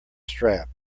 strap